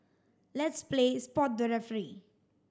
let's play spot the referee